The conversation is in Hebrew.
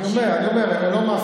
אני אומר, הן לא מאפיינות.